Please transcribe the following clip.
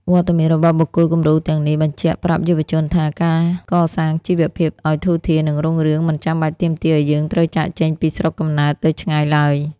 វត្តមានរបស់បុគ្គលគំរូទាំងនេះ បញ្ជាក់ប្រាប់យុវជនថា ការកសាងជីវភាពឱ្យធូរធារ និងរុងរឿង មិនចាំបាច់ទាមទារឱ្យយើងត្រូវចាកចេញពីស្រុកកំណើតទៅឆ្ងាយឡើយ។